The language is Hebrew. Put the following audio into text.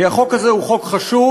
כי החוק הזה הוא חוק חשוב,